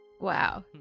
Wow